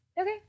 Okay